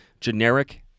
generic